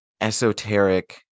esoteric